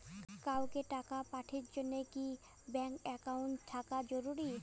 কাউকে টাকা পাঠের জন্যে কি ব্যাংক একাউন্ট থাকা জরুরি?